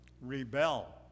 rebel